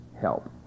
help